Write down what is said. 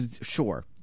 Sure